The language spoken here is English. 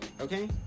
okay